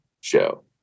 show